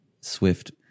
Swift